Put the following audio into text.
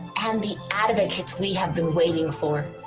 and the advocates we have been waiting for